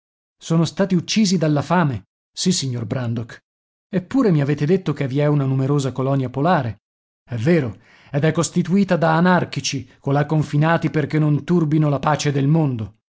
sono stati uccisi dalla fame sì signor brandok eppure mi avete detto che vi è una numerosa colonia polare è vero ed è costituita da anarchici colà confinati perché non turbino la pace del mondo